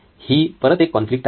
ही परत एक कॉन्फ्लिक्ट आहे